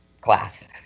class